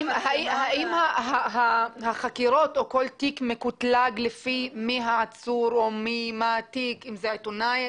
האם החקירות או כל תיק מקוטלג לפי מי העצור או מה התיק אם זה עיתונאי,